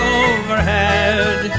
overhead